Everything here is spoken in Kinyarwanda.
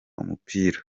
umupira